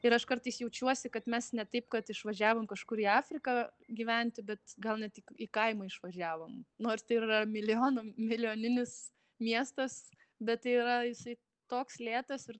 ir aš kartais jaučiuosi kad mes ne taip kad išvažiavom kažkur į afriką gyventi bet gal ne tik į kaimą išvažiavom nors tai yra milijonam milijoninis miestas bet tai yra jisai toks lėtas ir